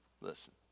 listen